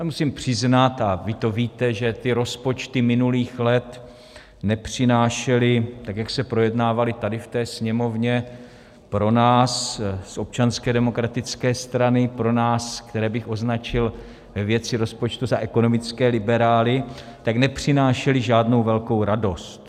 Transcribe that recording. Musím přiznat, a vy to víte, že rozpočty minulých let nepřinášely, tak jak se projednávaly tady v té sněmovně, pro nás z Občanské demokratické strany, pro nás, které bych označil ve věci rozpočtu za ekonomické liberály, nepřinášely žádnou velkou radost.